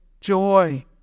joy